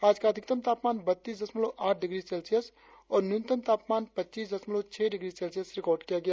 आज का अधिकतम तापमान बत्तीस दशमलव आठ डिग्री सेल्सियस और न्यूनतम तापमान पच्चीस दशमलव छह डिग्री सेल्सियस रिकार्ड किया गया